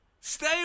Stay